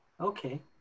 Okay